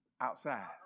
outside